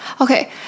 Okay